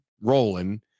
rolling